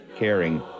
caring